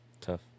Tough